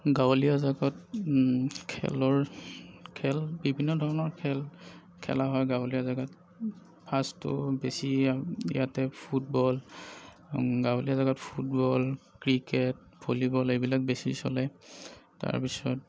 গাঁৱলীয়া জেগাত খেলৰ খেল বিভিন্ন ধৰণৰ খেল খেলা হয় গাঁৱলীয়া জেগাত ফাৰ্ষ্টটো বেছি ইয়াতে ফুটবল গাঁৱলীয়া জেগাত ফুটবল ক্ৰিকেট ভলীবল এইবিলাক বেছি চলে তাৰপিছত